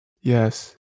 Yes